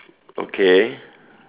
okay